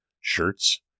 shirts